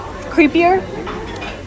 Creepier